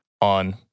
on